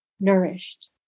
nourished